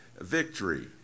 victory